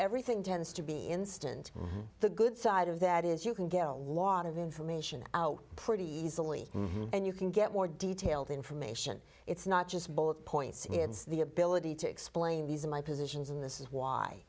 everything tends to be instant the good side of that is you can get a lot of information out pretty easily and you can get more detailed information it's not just bullet points it's the ability to explain these my positions and this is why